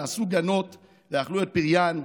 ועשו גנות ואכלו את פריהם.